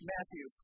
Matthew